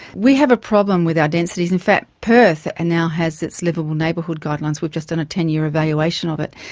we have a problem with our densities. in fact perth and now has its liveable neighbourhood guidelines, we've just done a ten year evaluation of it,